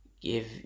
give